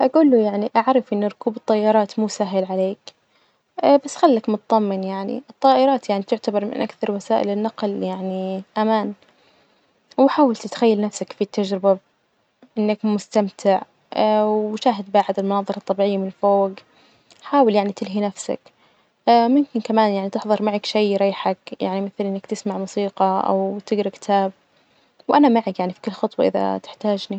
أجول له يعني أعرف إن ركوب الطيارات مو سهل عليك بس خلك متطمن يعني الطائرات يعني تعتبر من أكثر وسائل النقل يعني أمان، وحاول تتخيل نفسك في التجربة إنك مستمتع وشاهد بعد المناظر الطبيعية من فوج، حاول يعني تلهي نفسك ممكن كمان يعني تحضر معك شي يريحك? يعني مثل إنك تسمع موسيقى أو تجرا كتاب، وأنا معك يعني في كل خطوة إذا تحتاجني.